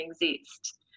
exist